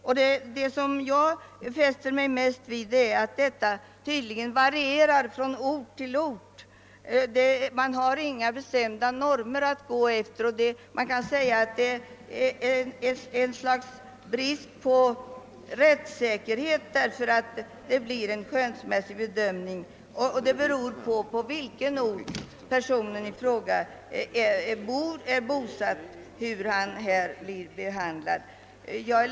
Vad jag fäster mig mest vid är att detta tydligen varierar med hänsyn till den ort klagande är bosatt. Det finns inga bestämda normer att gå efter. Man kan säga att detta är en brist på rättssäkerhet, eftersom det görs en skönsmässig bedömning som varierar från ort till ort.